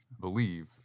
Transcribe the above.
believe